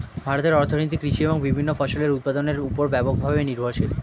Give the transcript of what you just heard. ভারতের অর্থনীতি কৃষি এবং বিভিন্ন ফসলের উৎপাদনের উপর ব্যাপকভাবে নির্ভরশীল